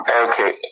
Okay